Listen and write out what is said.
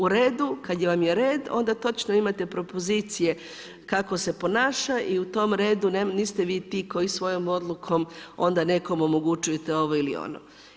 U redu, kada vam je red onda točno imate propozicije kako se ponaša i u tom redu niste vi ti koji svojom odlukom onda nekom omogućujete ovo ili ono.